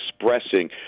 expressing